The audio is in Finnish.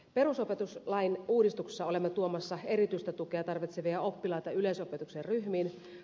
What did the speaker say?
perusopetuslain uudistuksessa ollaan tuomassa erityistä tukea tarvitsevia oppilaita yleisopetuksen ryhmiin